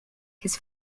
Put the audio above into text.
his